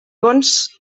bons